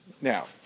Now